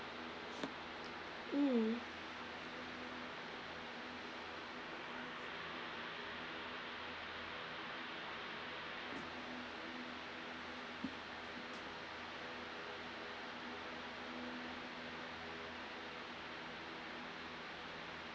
mm